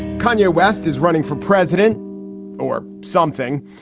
konya west is running for president or something.